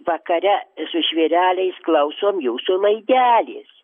vakare su žvėreliais klausom jūsų laidelės